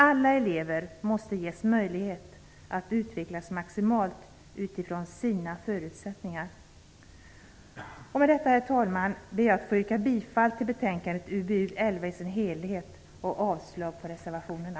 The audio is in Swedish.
Alla elever måste ges möjlighet att utvecklas maximalt utifrån sina förutsättningar. Med detta, herr talman, ber jag att få yrka bifall till utskottets hemställan i betänkandet UbU11 i dess helhet och avslag på reservationerna.